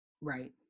Right